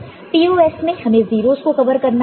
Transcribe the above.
POS में हमें 0's को कवर करना होता है